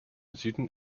süden